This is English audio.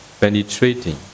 penetrating